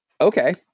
okay